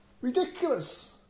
ridiculous